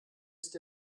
ist